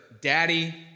daddy